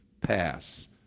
pass